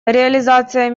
реализация